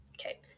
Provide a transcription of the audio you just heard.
okay